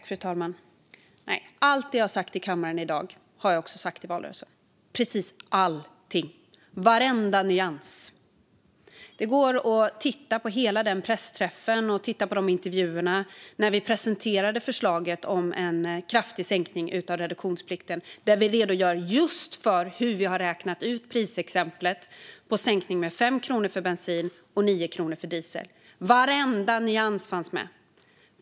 Fru talman! Allt det jag har sagt i kammaren i dag har jag också sagt i valrörelsen - precis allt, varenda nyans. Man kan titta på hela pressträffen och intervjuerna när vi presenterade förslaget om en kraftig sänkning av reduktionsplikten. Vi redogjorde för hur vi hade räknat ut prisexemplet med en sänkning på 5 kronor för bensin och 9 kronor för diesel. Varenda nyans fanns med.